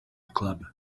club